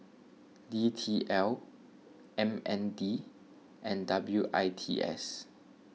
D T L M N D and W I T S